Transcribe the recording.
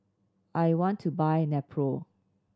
I want to buy Nepro